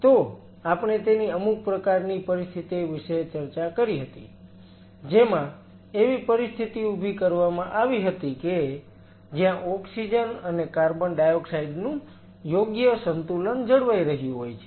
તો આપણે તેની અમુક પ્રકારની પરિસ્થિતિ વિશે ચર્ચા કરી હતી જેમાં એવી પરિસ્થિતિ ઉભી કરવામાં આવી હતી કે જ્યાં ઓક્સિજન અને કાર્બન ડાયોક્સાઈડ નું યોગ્ય સંતુલન જળવાઈ રહ્યું હોય છે